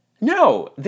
No